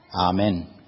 Amen